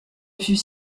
fut